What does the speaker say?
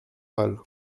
pâle